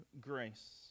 grace